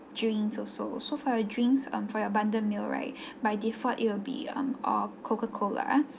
drinks also so for your drinks um for your bundle meal right by default it will be um all coca cola